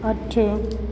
अठ